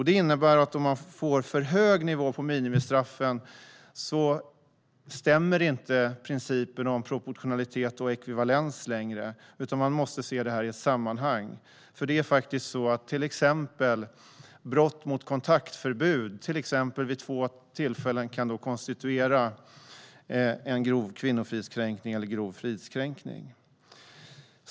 Det innebär att om man får för hög nivå på minimistraffen stämmer inte principen om proportionalitet och ekvivalens längre. Man måste se detta i ett sammanhang. Till exempel kan brott mot kontaktförbud vid två tillfällen konstituera grov kvinnofridskränkning eller grov fridskränkning.